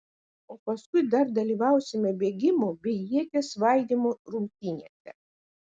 o paskui dar dalyvausime bėgimo bei ieties svaidymo rungtynėse